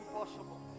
impossible